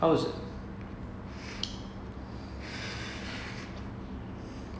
so அதுல வந்து:athula vanthu there's there's okay so each key has like a power to